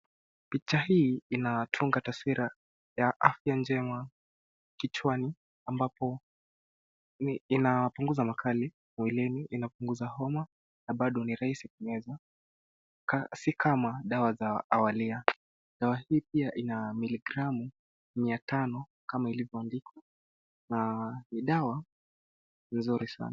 Picha hii inatunga taswira ya afya njema kichwani ambapo inapunguza makali mwilini, inapunguza homa na bado ni rahisi kumeza si kama dawa za awalia. Dawa hii pia ina milligram 500 kama ilivo andikwa na ni dawa nzuri sana.